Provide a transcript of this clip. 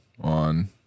on